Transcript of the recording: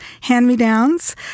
hand-me-downs